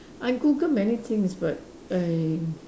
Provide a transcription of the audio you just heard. I Googled many things but I